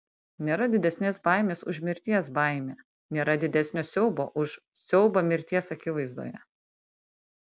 nėra didesnės baimės už mirties baimę nėra didesnio siaubo už siaubą mirties akivaizdoje